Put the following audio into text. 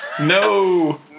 no